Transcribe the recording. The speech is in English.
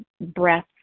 breath